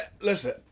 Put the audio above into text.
listen